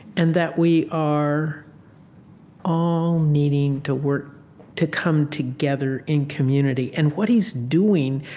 and that we are all needing to work to come together in community. and what he's doing,